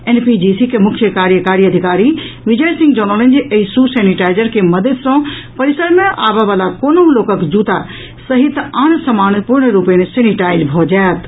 NPGC के मुख्य कार्यकारी अधिकारी विजय सिंह जनौलनि जे एहि शू सैनिटाइजर के मददि सँ परिसर मे आबय वला कोनहुं लोकक जूता सहित आन सामान पूर्णरूपेण सैनिटाइज भऽ जायत अछि